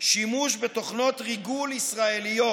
שימוש בתוכנות ריגול ישראליות